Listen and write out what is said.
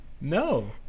No